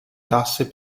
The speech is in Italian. tasse